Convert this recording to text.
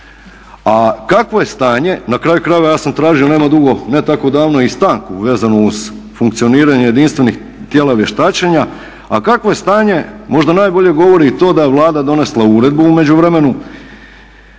A kakvo je stanje, na kraju krajeva ja sam tražio nema dugo ne tako davno i stanku vezno uz funkcioniranje jedinstvenih tijela vještačenja, a kakvo je stanje možda najbolje govori i to da je Vlada donesla uredbu u međuvremenu